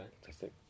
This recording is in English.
Fantastic